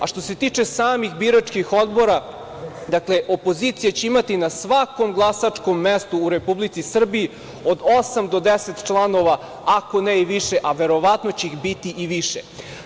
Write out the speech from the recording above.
A što se tiče samih biračkih odbora, dakle opozicija će imati na svakom glasačkom mestu u Republici Srbiji od osam do deset članova, ako ne i više, a verovatno će ih biti i više.